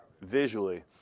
visually